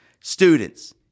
students